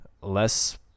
less